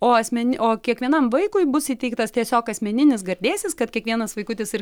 o asmeni o kiekvienam vaikui bus įteiktas tiesiog asmeninis gardėsis kad kiekvienas vaikutis ir